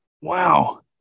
Wow